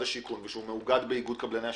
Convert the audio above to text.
השיכון ושהוא מאוגד באיגוד קבלני שיפוצים,